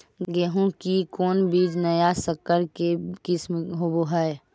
गेहू की कोन बीज नया सकर के किस्म होब हय?